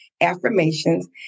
Affirmations